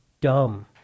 dumb